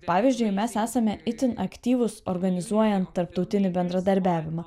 pavyzdžiui mes esame itin aktyvūs organizuojant tarptautinį bendradarbiavimą